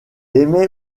aimait